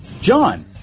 John